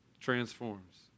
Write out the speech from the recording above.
transforms